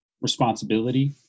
responsibility